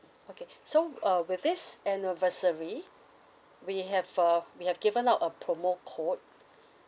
okay so uh with this anniversary we have uh we have given out a promo code